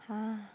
[huh]